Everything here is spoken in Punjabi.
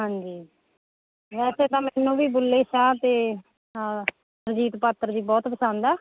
ਹਾਂਜੀ ਵੈਸੇ ਤਾਂ ਮੈਨੂੰ ਵੀ ਬੁੱਲੇ ਸ਼ਾਹ ਅਤੇ ਹਾਂ ਸੁਰਜੀਤ ਪਾਤਰ ਜੀ ਬਹੁਤ ਪਸੰਦ ਆ